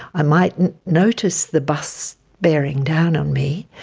i mightn't notice the bus bearing down on me,